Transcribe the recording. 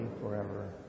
forever